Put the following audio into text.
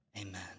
Amen